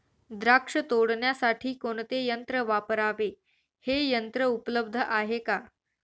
द्राक्ष तोडण्यासाठी कोणते यंत्र वापरावे? हे यंत्र उपलब्ध आहे का?